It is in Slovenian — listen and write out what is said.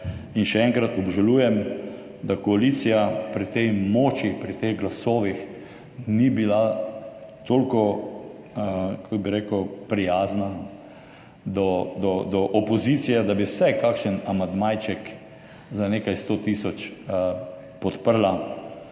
In še enkrat: obžalujem, da koalicija pri tej moči, pri teh glasovih ni bila toliko – kako bi rekel? – prijazna do opozicije, da bi vsaj kakšen amandmajček za nekaj 100 tisoč podprla.